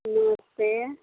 नमस्ते